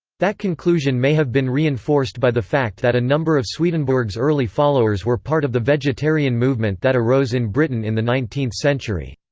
that conclusion may have been reinforced by the fact that a number of swedenborg's early followers were part of the vegetarian movement that arose in britain in the nineteenth century.